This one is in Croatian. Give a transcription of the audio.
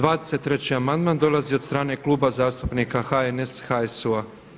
23. amandman dolazi od strane Kluba zastupnika HNS, HSU-a.